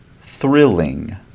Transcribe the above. thrilling